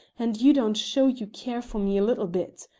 and you don't show you care for me a little bit.